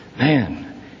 man